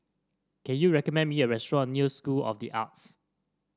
can you recommend me a restaurant near School of the Arts